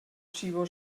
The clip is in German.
tchibo